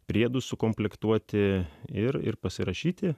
priedus sukomplektuoti ir ir pasirašyti